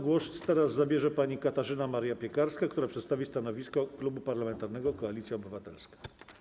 Głos teraz zabierze pani Katarzyna Maria Piekarska, która przedstawi stanowisko Klubu Parlamentarnego Koalicja Obywatelska.